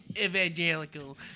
evangelical